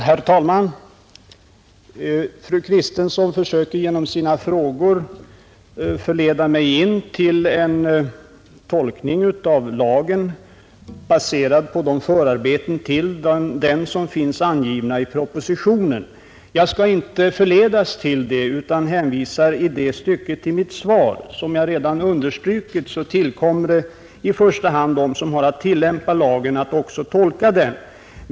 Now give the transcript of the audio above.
Herr talman! Fru Kristensson försökte genom sina frågor förleda mig till att göra en tolkning av lagen som är baserad på de förarbeten till lagen som finns angivna i propositionen. Jag skall inte låta mig förledas till det utan hänvisar i det stycket till mitt svar. Som jag redan framhållit tillkommer det i första hand dem som har att tillämpa lagen att också tolka den.